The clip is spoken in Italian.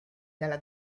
dalla